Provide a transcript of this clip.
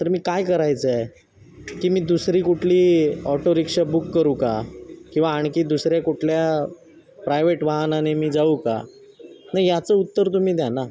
तर मी काय करायचं आहे की मी दुसरी कुठली ऑटो रिक्षा बुक करू का किंवा आणखी दुसऱ्या कुठल्या प्रायवेट वाहनाने मी जाऊ का नाही याचं उत्तर तुम्ही द्या ना